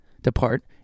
Depart